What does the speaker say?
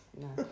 no